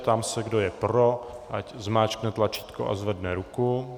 Ptám se, kdo je pro, ať zmáčkne tlačítko a zvedne ruku.